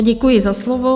Děkuji za slovo.